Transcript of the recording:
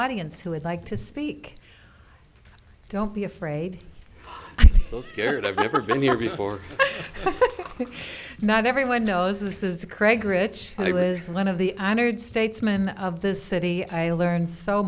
audience who would like to speak don't be afraid so scared i've never been here before but not everyone knows this is craig rich and he was one of the honored statesman of the city i learned so